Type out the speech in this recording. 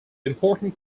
important